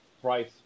price